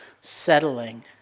settling